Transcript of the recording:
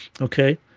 okay